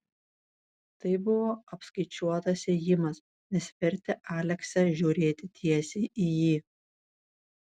tai buvo apskaičiuotas ėjimas nes vertė aleksę žiūrėti tiesiai į jį